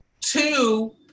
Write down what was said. Two